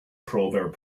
proverb